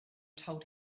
told